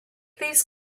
these